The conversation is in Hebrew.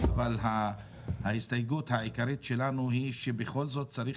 אבל ההסתייגות העיקרית שלנו היא שבכל זאת צריך